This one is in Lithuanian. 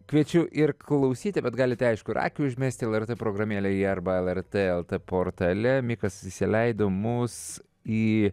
kviečiu ir klausyti bet galite aišku ir akį užmesti lrt programėlėje arba lrt lt portale mikas įsileido mus į